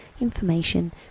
information